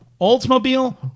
Oldsmobile